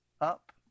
up